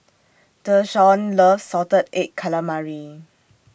Deshaun loves Salted Egg Calamari